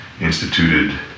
instituted